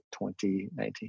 2019